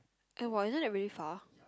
and !wah! isn't that really far